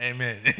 Amen